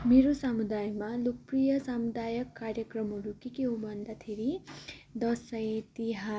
मेरो सामुदायमा लोकप्रिय सामुदायिक कार्यक्रमहरू के के हो भन्दाखेरि दसैँ तिहार